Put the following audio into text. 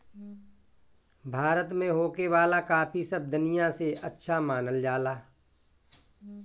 भारत में होखे वाला काफी सब दनिया से अच्छा मानल जाला